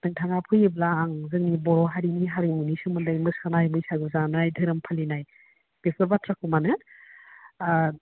नोंथाङा फैयोब्ला आं जोंनि बे बर' हारिनि हारिमुनि सोमोन्दै मोसानाय बैसागु जानाय धोरोम फालिनाय बेफोर बाथ्राखौ माने